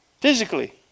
physically